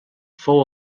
fou